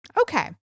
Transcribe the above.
Okay